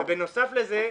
בנוסף לזה,